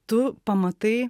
tu pamatai